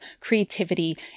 creativity